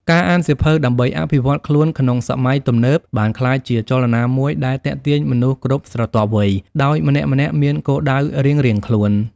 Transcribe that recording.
ការអានសៀវភៅដើម្បីអភិវឌ្ឍខ្លួនក្នុងសម័យទំនើប បានក្លាយជាចលនាមួយដែលទាក់ទាញមនុស្សគ្រប់ស្រទាប់វ័យ ដោយម្នាក់ៗមានគោលដៅរៀងៗខ្លួន។